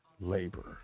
labor